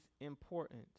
important